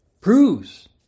proves